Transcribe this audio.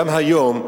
גם היום,